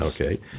Okay